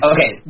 Okay